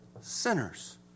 sinners